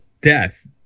death